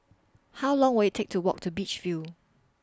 How Long Will IT Take to Walk to Beach View